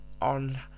on